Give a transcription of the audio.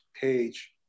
page